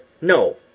No